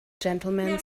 gentlemen